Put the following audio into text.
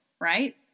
right